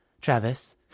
Travis